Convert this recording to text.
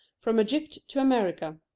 from egypt to america.